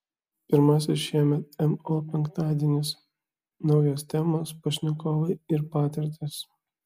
pirmasis šiemet mo penktadienis naujos temos pašnekovai ir patirtys